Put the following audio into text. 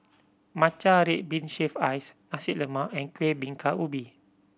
matcha red bean shaved ice Nasi Lemak and Kueh Bingka Ubi